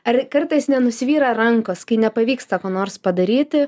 ar kartais nenusvyra rankos kai nepavyksta ko nors padaryti